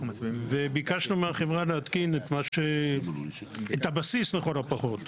וביקשנו מהחברה להתקין לכל הפחות את הבסיס.